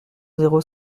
zéro